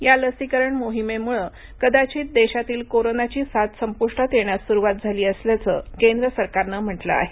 या लसीकरण मोहिमेमुळ कदाचित देशातील कोरोनाची साथ संपूष्टात येण्यास सुरुवात झाली असल्याचं केंद्र सरकारनं म्हटलं आहे